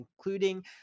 including